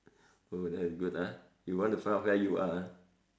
oh that is good ah you want to find out where you are ah